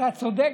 אתה צודק